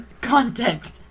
content